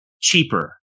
cheaper